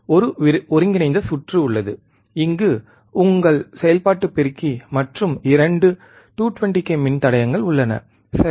ஒரு ஒருங்கிணைந்த சுற்று உள்ளது இங்கு உங்கள் செயல்பாட்டு பெருக்கி மற்றும் 2 220 k மின்தடையங்கள் உள்ளன சரி